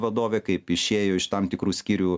vadovė kaip išėjo iš tam tikrų skyrių